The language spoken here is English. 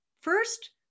first